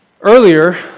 Earlier